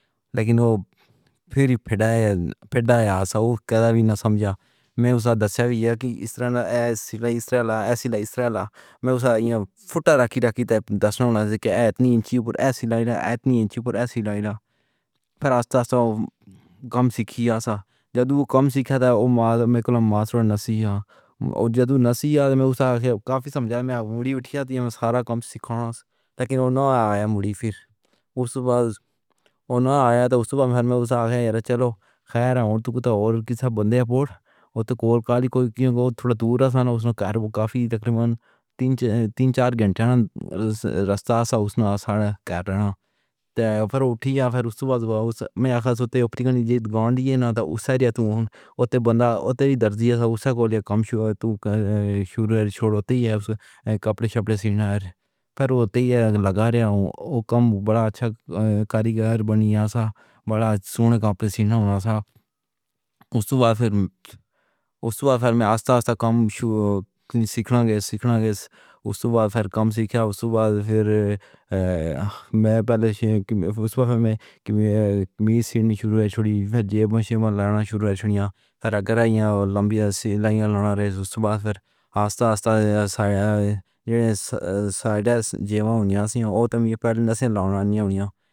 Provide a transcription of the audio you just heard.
لیکن او پھر وی فریڈ فریڈرک ہنسا تے کدے وی نہ سمجھا۔ میں اوس دا ساتھ چھڈّ گیا کہ ایس طرحاں لیائی۔ ایس طرحاں لیائے، ایسے لیائی، ایس طرح لا۔ میں اوس فوتا رکھی رکھی تاں دس بار کیا ایسے انچ اُتے ایسی لائن، ایسے انچ تے ایسی لائن۔ پھر آستا آستا کم سکھیا سی۔ جدوں او کم سکھیا سی او میڈم۔ میں خود مسوری نساں ہاں جدّو نساں یاد وچ کافی سمجھا۔ میں بُڑی اُٹھی سی، سارا کم سکھاؤ لیکن او نہ آیا مود پھر۔ اوس وقت اوں آیا تاں اوس وقت میں اوس نوں کیہا چلو۔ خیر تے تُوں تاں تے وی سا بندے پورٹ تے کال کال کیوں جو او تھوڑا دوروں اوس وچ کافی تقریباً تن تن چار گھنٹے دا رستہ ہے۔ اوس وچ سارا کیری ہانا سی، پر او اُٹھیا۔ پھر اوس وقت اوس میرا سوتی اُپر کنڈی زید گاںڈ ہی نہ سی۔ اوس نوں تاں اتھے اتردا اتری درزی اوس نوں ہولی کم شروع تُوں شروع چھڈ دی۔ ایسے کپڑے کپڑے سینا۔ پر او تاں لگا رہے او کم۔ وڈا چنگا کاریگر بن ہی گیا سی۔ وڈا سونا کپڑے سینا ہووے سی۔ اوس وقت پھر اوس وقت آفتا کم۔ سکھنا ہے سکھنا ہے۔ اوس وقت بات کم سکھیا۔ اوس وقت بعد پھر میں پہلے اوس وقت وچ میری سیٹ نہیں شروع ہوئی۔ پھر جدوں مینوں لینا شروع ہویا یا پھر اگر ایہ لمبی لائن لانا راہے تاں۔ باقی آستا آستا ساری جگہ ہونی سی تے تُہاں تے دس لانچ ہونا۔